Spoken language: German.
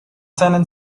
seinen